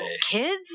kids